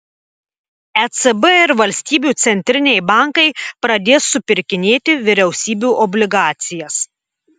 ecb ir valstybių centriniai bankai pradės supirkinėti vyriausybių obligacijas